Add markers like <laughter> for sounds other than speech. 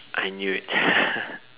I knew it <laughs>